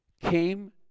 came